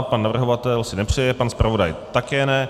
Pan navrhovatel si nepřeje, pan zpravodaj také ne.